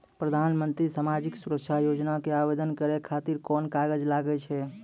प्रधानमंत्री समाजिक सुरक्षा योजना के आवेदन करै खातिर कोन कागज लागै छै?